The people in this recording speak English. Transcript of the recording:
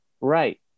Right